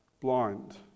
blind